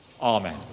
Amen